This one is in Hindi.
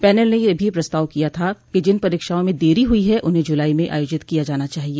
पैनल ने यह भी प्रस्ताव किया था कि जिन परीक्षाओं में देरो हुई है उन्हें जुलाई में आयोजित किया जाना चाहिए